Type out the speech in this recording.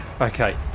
Okay